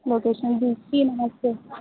location भेज दिए नमस्ते